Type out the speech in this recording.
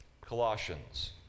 Colossians